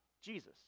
Jesus